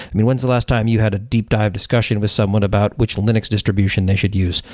i mean, when's the last time you had a deep dive discussion with someone about which linux distribution they should use?